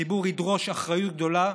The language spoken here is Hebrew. הציבור ידרוש אחריות גדולה,